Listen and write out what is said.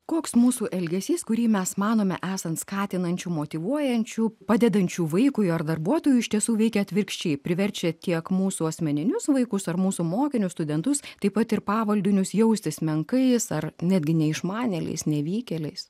koks mūsų elgesys kurį mes manome esant skatinančių motyvuojančių padedančių vaikui ar darbuotojų iš tiesų veikia atvirkščiai priverčia tiek mūsų asmeninius vaikus ar mūsų mokinius studentus taip pat ir pavaldinius jaustis menkais ar netgi neišmanėliais nevykėliais